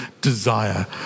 desire